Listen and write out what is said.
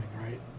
right